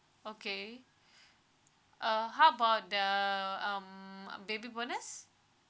okay uh how about the um uh baby bonus